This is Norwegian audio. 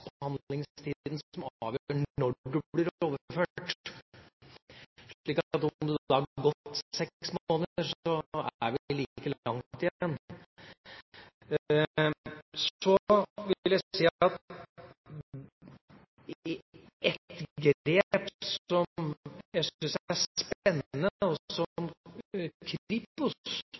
være saksbehandlingstida som avgjør når man blir overført. Om det da har gått seks måneder, er vi like langt igjen. Så vil jeg si at et grep som jeg syns er spennende, som Kripos